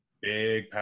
big